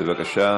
בבקשה.